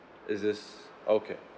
is this okay